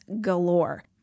galore